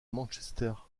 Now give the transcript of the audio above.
manchester